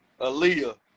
Aaliyah